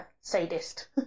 sadist